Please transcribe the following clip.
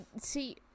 See